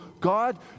God